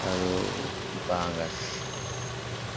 আৰু বাঁহগাজ